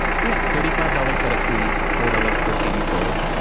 so, yeah, thirty five dollars setup fee, four dollars per cd sold,